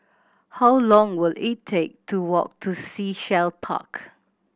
how long will it take to walk to Sea Shell Park